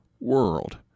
world